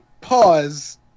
Pause